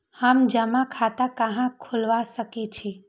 हम जमा खाता कहां खुलवा सकई छी?